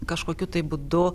kažkokiu tai būdu